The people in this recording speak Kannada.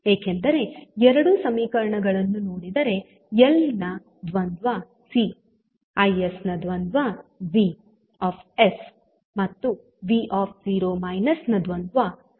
ಏಕೆಂದರೆ ಎರಡೂ ಸಮೀಕರಣಗಳನ್ನು ನೋಡಿದರೆ ಎಲ್ ನ ದ್ವಂದ್ವ ಸಿ I ನ ದ್ವಂದ್ವ V ಮತ್ತು v ನ ದ್ವಂದ್ವ ಕರೆಂಟ್ i ಆಗಿದೆ